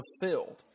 fulfilled